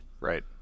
Right